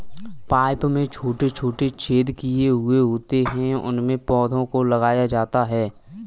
pipe में छोटे छोटे छेद किए हुए होते हैं उनमें पौधों को लगाया जाता है